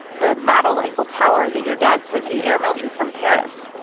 the model eiffel tower that your dad says he airmailed you from paris,